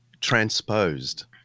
transposed